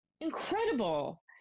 incredible